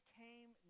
came